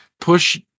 push